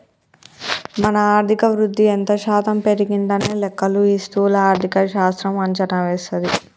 మన ఆర్థిక వృద్ధి ఎంత శాతం పెరిగిందనే లెక్కలు ఈ స్థూల ఆర్థిక శాస్త్రం అంచనా వేస్తది